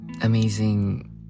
amazing